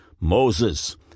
Moses